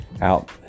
out